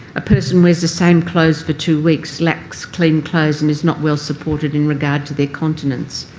a person wears the same clothes for two weeks, lacks clean clothes and is not well supported in regard to their continence.